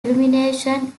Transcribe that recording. illumination